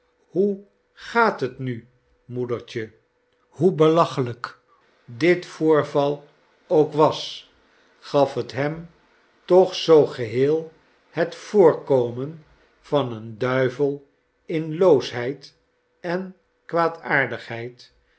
hoe gaat het nu moedertje hoe belachelijk dit voorval ook was gaf het hem toch zoo geheel het voorkomen van een duivel in loosheid en